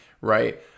right